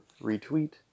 retweet